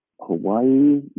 Hawaii